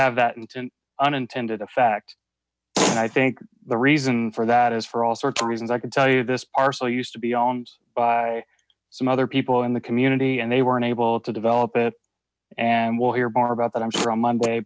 have that an unintended effect and i think the reason for that is for all sorts of reasons i can tell you this parcel used to be owned by some other people in the community and they weren't able to develop it and we'll hear more about that i'm sure on mnday